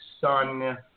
son